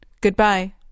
Goodbye